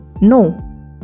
no